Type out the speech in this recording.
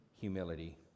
humility